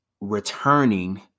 returning